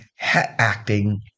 acting